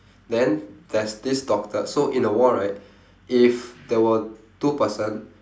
then there's this doctor so in a war right if there were two person